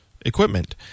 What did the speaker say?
equipment